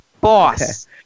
Boss